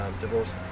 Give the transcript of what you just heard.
divorce